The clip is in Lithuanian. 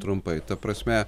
trumpai ta prasme